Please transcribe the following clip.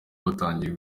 batangiye